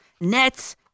Nets